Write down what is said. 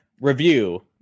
review